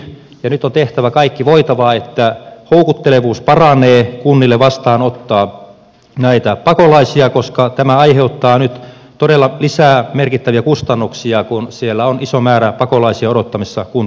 nyt on tehtävä kaikki voitava että houkuttelevuus kunnille vastaanottaa näitä pakolaisia paranee koska tämä aiheuttaa nyt todella lisää merkittäviä kustannuksia kun siellä on iso määrä pakolaisia odottamassa kuntaan sijoittumista